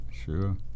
sure